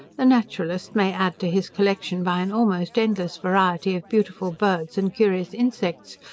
the naturalist may add to his collection by an almost endless variety of beautiful birds and curious insects,